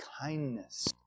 kindness